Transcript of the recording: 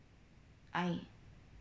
I